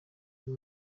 uyu